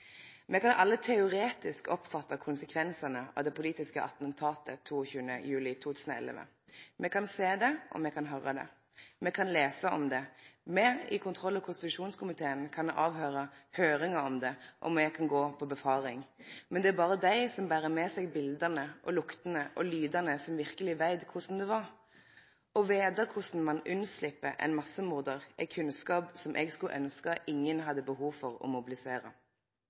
Me kan alle teoretisk oppfatta konsekvensane av det politiske attentatet 22. juli 2011. Me kan sjå det, høyre det og lese om det. Me i kontroll- og konstitusjonskomiteen kan halde høyringar om det, og me kan gå på synfaring. Men det er berre dei som ber med seg bilda, luktene og lydane som verkeleg veit korleis det var. Å vite korleis ein slepp unna ein massemordar er kunnskap eg skulle ynskje ingen hadde behov for å